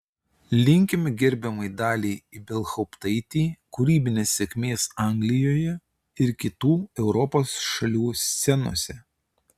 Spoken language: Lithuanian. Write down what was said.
linkime gerbiamai daliai ibelhauptaitei kūrybinės sėkmės anglijoje ir kitų europos šalių scenose